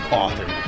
author